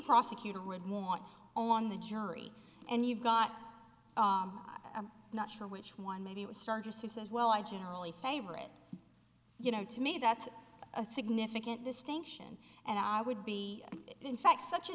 prosecutor would want on the jury and you've got i'm not sure which one maybe it was starters who says well i generally favorite you know to me that's a significant distinction and i would be in fact such a